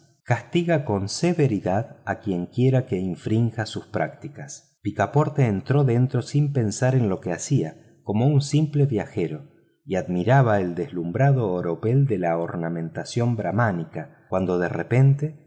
castiga con severidad a quienquiera que infrinja sus prácticas picaporte entró sin pensar en lo que hacía como un simple viajero y admiraba el deslumbrador oropel de la ornamentación bramánica cuando de repente